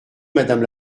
madame